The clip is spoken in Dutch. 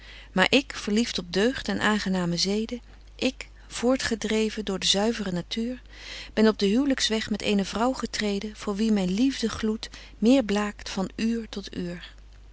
maar ik verlieft op deugd en aangename zeden ik voortgedreven door de zuivere natuur ben op den huwlyks weg met eene vrouw getreden voor wie myn liefdegloed meer blaakt van r tot r